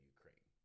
Ukraine